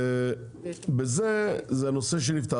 זה נושא שנפתר.